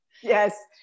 Yes